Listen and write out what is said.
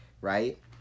right